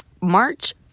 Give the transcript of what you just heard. March